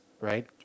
right